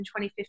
2015